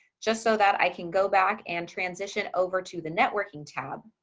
just so that i can go back and transition over to the networking tab.